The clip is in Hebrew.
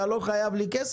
אתה לא חייב לי כסף?